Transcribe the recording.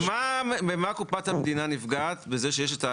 במה קופת המדינה נפגעת מזה שיש,